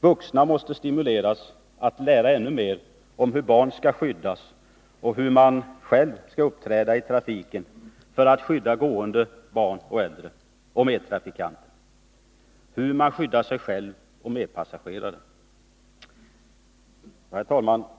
Vuxna måste stimuleras att lära ännu mer om hur barn skall skyddas och om hur man själv skall uppträda i trafiken för att skydda gående, barn och äldre samt medtrafikanter liksom om hur man som bilförare skyddar sig själv och sina passagerare. Herr talman!